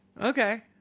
Okay